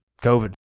COVID